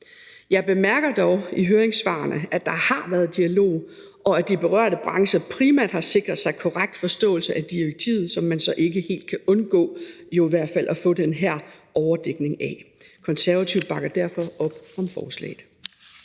Jeg bemærker dog i høringssvarene, at der har været en dialog, og at de berørte brancher primært har sikret sig en korrekt forståelse af direktivet, hvor man så ikke helt kan undgå at få den her overdækning. Konservative bakker derfor op om forslaget.